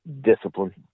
discipline